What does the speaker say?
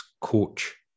coach